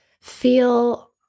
feel